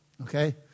Okay